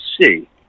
see